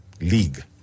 league